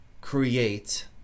create